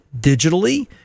digitally